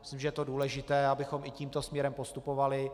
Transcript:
Myslím, že je to důležité, abychom i tímto směrem postupovali.